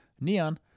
Neon